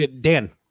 Dan